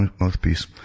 mouthpiece